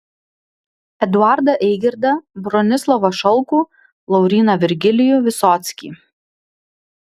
eduardą eigirdą bronislovą šalkų lauryną virgilijų visockį